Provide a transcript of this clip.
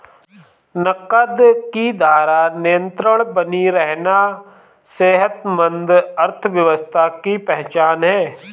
नकद की धारा निरंतर बनी रहना सेहतमंद अर्थव्यवस्था की पहचान है